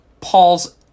Paul's